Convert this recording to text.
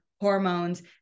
hormones